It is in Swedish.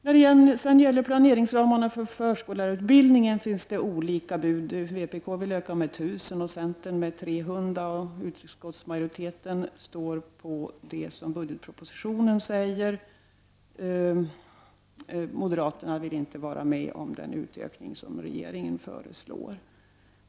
När det gäller planeringsramarna för förskollärarutbildningen finns det olika bud. Vpk vill öka med 1000 nybörjarplatser, centern med 300, utskottsmajoriteten förordar vad som står i budgetpropositionen. Moderaterna vill inte vara med om den utökning som regeringen föreslår.